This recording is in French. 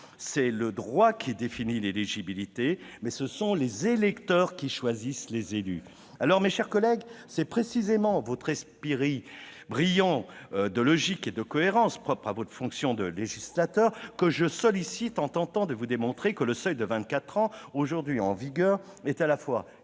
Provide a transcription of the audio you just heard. C'est le droit qui définit l'éligibilité, mais ce sont les électeurs qui choisissent les élus. Mes chers collègues, c'est précisément votre esprit de logique et de cohérence- propre à votre fonction de législateur -que je sollicite en tentant de vous démontrer que le seuil de vingt-quatre ans, aujourd'hui en vigueur, est à la fois inéquitable,